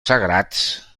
sagrats